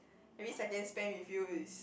every second spend with you is